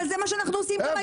אבל זה מה שאנחנו גם עושים היום.